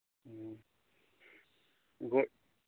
ꯎꯝ